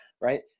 right